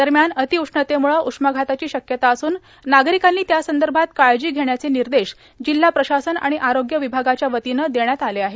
दरम्यान अतिउष्णतेमुळं उष्माघाताची शक्यता असून नागरिकांनी त्यासंदर्भात काळजी घेण्याचे निर्देश जिल्हा प्रशासन आणि ऑरोग्य विभागाच्या वतीन देण्यात आले आहेत